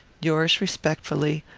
yours respectfully,